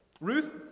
Ruth